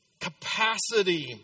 capacity